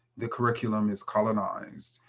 the curriculum is colonized.